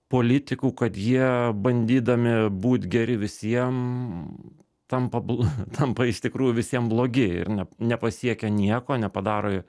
politikų kad jie bandydami būt geri visiem tampa bl tampa iš tikrųjų visiem blogi ir ne nepasiekia nieko nepadaro